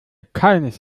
keines